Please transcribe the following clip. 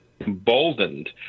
emboldened